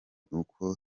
uko